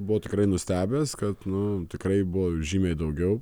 buvau tikrai nustebęs kad nu tikrai buvo žymiai daugiau